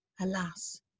Alas